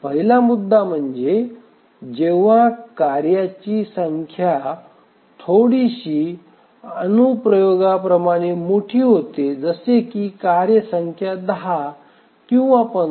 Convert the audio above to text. पहिला मुद्दा म्हणजे जेव्हा कार्यांची संख्या थोडीशी अनुप्रयोगाप्रमाणे मोठी होते जसे की कार्ये संख्या 10 किंवा 15